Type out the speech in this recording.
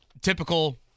Typical